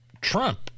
Trump